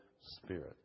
Spirit